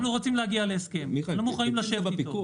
אנחנו רוצים להגיע להסכם ואנחנו מוכנים לשבת איתו,